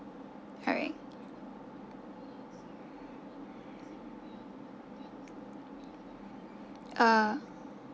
alright uh